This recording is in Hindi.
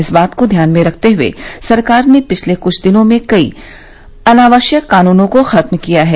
इस बात को ध्यान में रखते हुए सरकार ने पिछले कुछ दिनों में कई अनावश्यक कानूनों को खत्म किया है